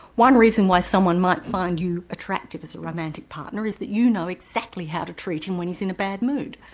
one reason why someone might find you attractive as a romantic partner is that you know exactly how to treat him when he's in a bad mood.